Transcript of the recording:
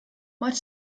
much